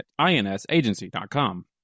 insagency.com